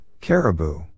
caribou